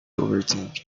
overthink